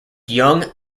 young